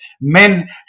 Men